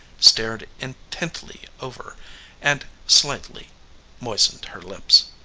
stared intently over and slightly moistened her lips.